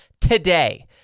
today